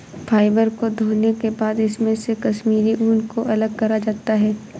fibre को धोने के बाद इसमे से कश्मीरी ऊन को अलग करा जाता है